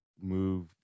move